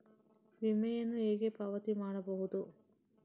ವಿಮೆಯನ್ನು ಹೇಗೆ ಪಾವತಿ ಮಾಡಬಹುದು?